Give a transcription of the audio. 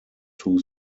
two